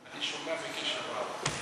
אני שומע בקשב רב.